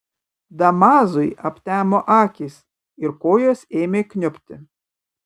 damazui aptemo akys ir kojos ėmė kniubti